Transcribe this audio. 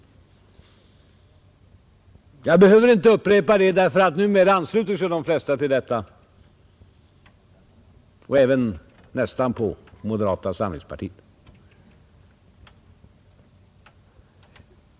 Jag behöver inte upprepa det därför att numera ansluter sig de flesta till min uppfattning — nästan även moderata samlingspartiet.